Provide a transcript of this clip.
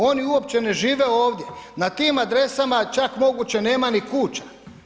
Oni uopće ne žive ovdje, na tim adresama čak moguće nema ni kuća.